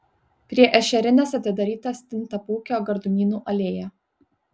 prie ešerinės atidaryta stintapūkio gardumynų alėja